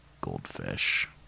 goldfish